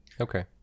Okay